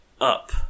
up